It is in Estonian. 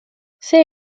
see